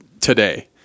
today